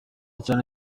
cyane